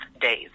days